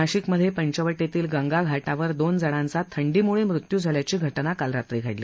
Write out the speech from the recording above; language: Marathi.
नाशिकमध्ये पंचवटीतील गंगा घाटावर दोन जणांचा थंडीमुळे मृत्यू झाल्याची घटना काल रात्री घडली